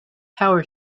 power